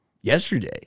yesterday